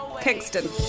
Kingston